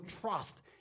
trust